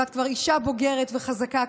ואת כבר אישה בוגרת וחזקה,